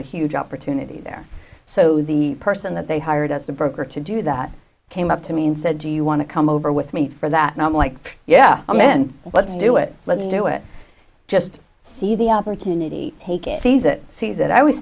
a huge opportunity there so the person that they hired as the broker to do that came up to me and said do you want to come over with me for that and i'm like yeah i'm in let's do it let's do it just see the opportunity take it sees it sees that i always